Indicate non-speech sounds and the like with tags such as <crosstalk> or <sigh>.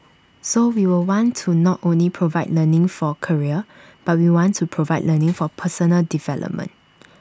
so we will <noise> want to not only provide learning for career but we want to provide <noise> learning for personal development